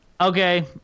Okay